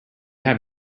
have